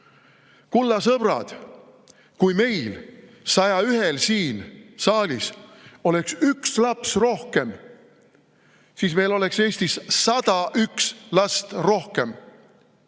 Kulla sõbrad! Kui meil, 101‑l siin saalis, oleks [igaühel] üks laps rohkem, siis meil oleks Eestis 101 last rohkem.